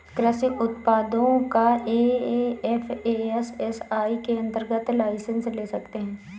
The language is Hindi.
कृषि उत्पादों का एफ.ए.एस.एस.आई के अंतर्गत लाइसेंस ले सकते हैं